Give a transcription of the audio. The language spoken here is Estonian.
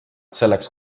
selleks